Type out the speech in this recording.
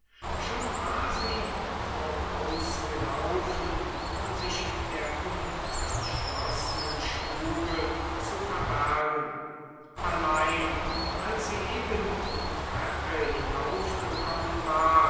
schon war sie vorausgelaufen um sich in der unverschlossenen stube zu verbergen allein als sie eben die treppe hinaufgekommen war